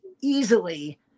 easily